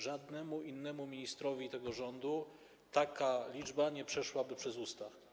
Żadnemu innemu ministrowi tego rządu taka liczba nie przeszłaby przez usta.